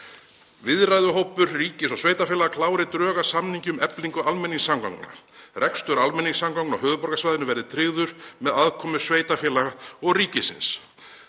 „Viðræðuhópur ríkis og sveitarfélaga klári drög að samningi um eflingu almenningssamgangna. Rekstur almenningssamgangna á höfuðborgarsvæðinu verði tryggður með aðkomu sveitarfélaga og ríkisins.“